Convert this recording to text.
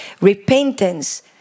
repentance